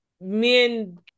men